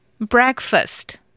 Breakfast